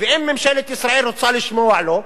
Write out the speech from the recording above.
אם ממשלת ישראל רוצה לשמוע לו,